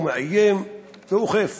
הוא מאיים ואוכף.